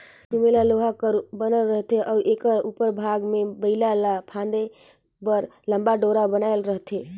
सुमेला लोहा कर बनल रहथे अउ एकर उपर भाग मे बइला ल फसाए बर लम्मा डोरा बंधाए रहथे